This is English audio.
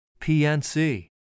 PNC